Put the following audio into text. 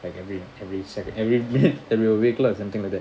like every every second every minute and we'll and things like that